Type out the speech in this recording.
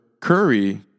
Curry